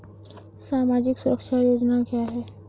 सामाजिक सुरक्षा योजना क्या है?